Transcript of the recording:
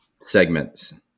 segments